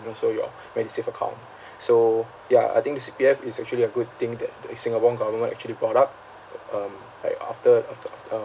and also your medisave account so ya I think the C_P_F is actually a good thing that the singapore government actually brought up um like after af~ af~ um